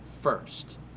first